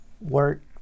work